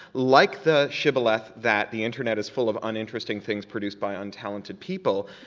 like the shibboleth that the internet is full of uninteresting things produced by untalented people,